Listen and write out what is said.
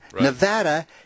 Nevada